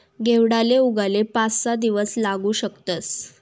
घेवडाले उगाले पाच सहा दिवस लागू शकतस